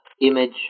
image